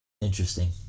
interesting